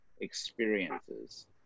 experiences